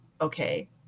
Okay